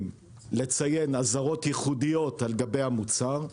לציין אזהרות ייחודיות על גבי המוצר.